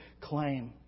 claim